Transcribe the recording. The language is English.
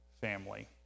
family